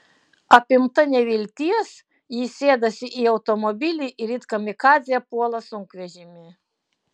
apimta nevilties ji sėdasi į automobilį ir it kamikadzė puola sunkvežimį